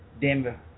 Denver